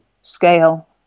scale